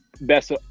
best